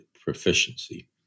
proficiency